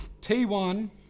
T1